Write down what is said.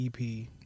EP